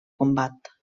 combat